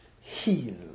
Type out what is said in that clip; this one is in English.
heal